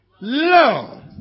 love